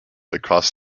across